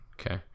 Okay